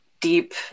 deep